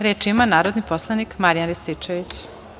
Reč ima narodni poslanik Marijan Rističević.